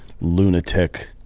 lunatic